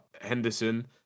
Henderson